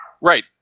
Right